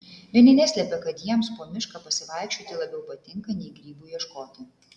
vieni neslepia kad jiems po mišką pasivaikščioti labiau patinka nei grybų ieškoti